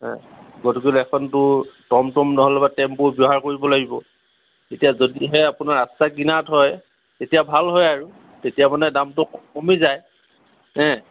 গতিকেলে এখনতো টমটম নহ'লেবা টেম্পু ব্যৱহাৰ কৰিব লাগিব এতিয়া যদিহে আপোনাৰ ৰাস্তাৰ কিনাৰত হয় তেতিয়া ভাল হয় আৰু তেতিয়া মানে দামটো কমি যায় এ